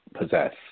possess